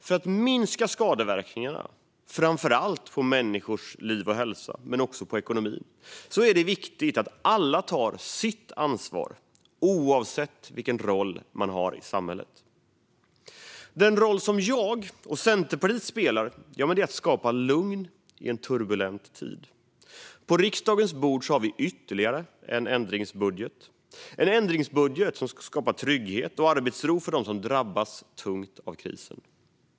För att minska skadeverkningarna, framför allt på människors liv och hälsa men också på ekonomin, är det viktigt att alla tar sitt ansvar, oavsett vilken roll man har i samhället. Den roll som jag och Centerpartiet spelar är att skapa lugn i en turbulent tid. På riksdagens bord har vi i dag ytterligare en ändringsbudget som ska skapa trygghet och arbetsro för dem som drabbas tungt av krisen.